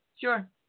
Sure